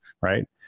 right